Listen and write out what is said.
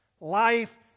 life